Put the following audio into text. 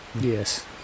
Yes